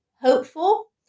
hopeful